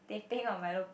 teh-peng or milo-peng